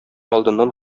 алдыннан